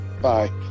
Bye